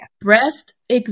Breast